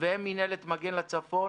והם מנהלת מגן הצפון.